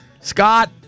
Scott